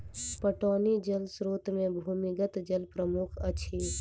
पटौनी जल स्रोत मे भूमिगत जल प्रमुख अछि